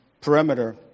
perimeter